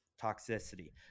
toxicity